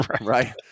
Right